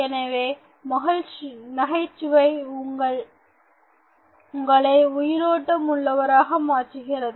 எனவே நகைச்சுவை உங்களை உயிரோட்டம் உள்ளவராக மாற்றுகிறது